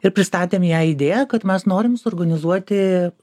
ir pristatėm jai idėją kad mes norim suorganizuoti